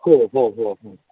हो हो हो